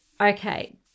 Okay